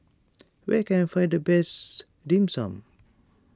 where can I find the best Dim Sum